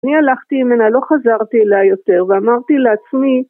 אני הלכתי ממנה, לא חזרתי אליה יותר ואמרתי לעצמי